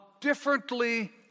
differently